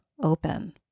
open